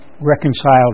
reconciled